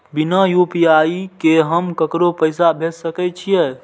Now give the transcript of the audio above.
बिना यू.पी.आई के हम ककरो पैसा भेज सके छिए?